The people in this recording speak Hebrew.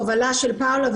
בהובלה של פאולה,